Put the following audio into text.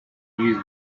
use